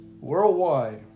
worldwide